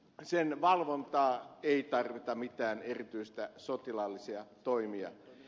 sen valvontaan ei tarvita mitään erityisiä sotilaallisia toimia